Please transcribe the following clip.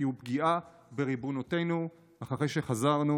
כי הוא פגיעה בריבונותנו אחרי שחזרנו